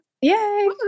Yay